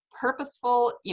purposeful